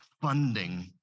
funding